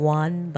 one